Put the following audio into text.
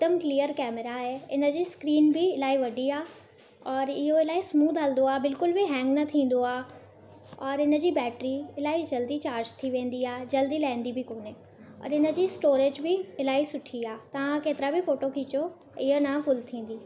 हिकुदमि clear camera आहे इन जी स्क्रीन बि इलाही वॾी आहे और इहो इलाही स्मूद हलंदो आहे बिल्कुलु बि हैंग न थींदो आहे और इन जी बैट्री इलाही जल्दी चार्ज थी वेंदी आहे जल्दी लहंदी बि कोन्हे और इन जी स्टोरेज बि इलाही सुठी आहे तव्हां केतिरा बि फोटो खीचो हीअ न फुल थींदी